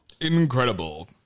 Incredible